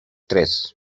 tres